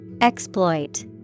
Exploit